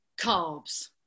Carbs